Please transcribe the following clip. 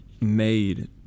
made